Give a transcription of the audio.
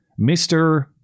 Mr